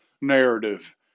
narrative